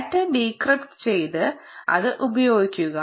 data decrypt ചെയ്ത് അത് ഉപയോഗിക്കുക